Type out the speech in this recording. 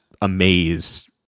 amaze